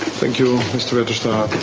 thank you, mr registrar.